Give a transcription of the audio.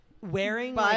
wearing